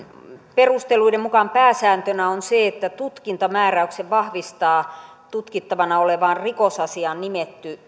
perusteluiden mukaan pääsääntönä on se että tutkintamääräyksen vahvistaa tutkittavana olevaan rikosasiaan nimetty